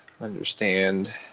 understand